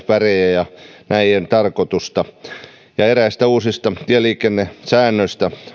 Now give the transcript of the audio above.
väriä ja näiden tarkoitusta eräistä uusista tieliikennesäännöistä